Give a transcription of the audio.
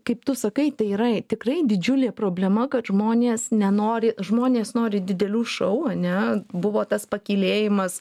kaip tu sakai tai yra tikrai didžiulė problema kad žmonės nenori žmonės nori didelių šou ar ne buvo tas pakylėjimas